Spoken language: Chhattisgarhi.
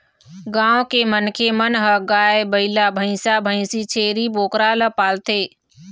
गाँव के मनखे मन ह गाय, बइला, भइसा, भइसी, छेरी, बोकरा ल पालथे